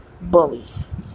bullies